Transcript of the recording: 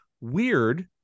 weird